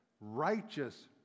righteous